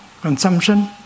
consumption